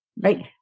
right